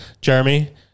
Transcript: Jeremy